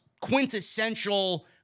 quintessential